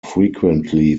frequently